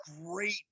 great